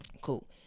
Cool